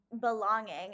belonging